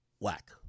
whack